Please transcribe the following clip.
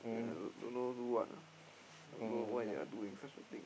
and don't know do what ah don't know why they are doing such a thing